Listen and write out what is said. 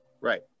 right